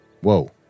Whoa